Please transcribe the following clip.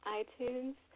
iTunes